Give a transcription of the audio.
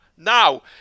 Now